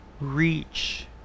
reach